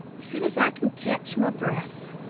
as soon as i can catch my breath.